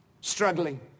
struggling